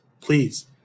please